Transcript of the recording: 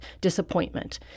disappointment